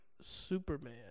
Superman